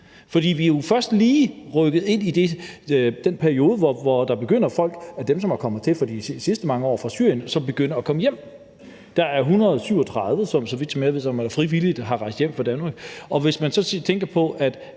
For vi er jo først lige rykket ind i den periode, hvor folk, som er kommet hertil i de sidste mange år fra Syrien, begynder at tage hjem. Der er 137, som, så vidt jeg ved, frivilligt er rejst hjem fra Danmark. Og hvis man så tænker på,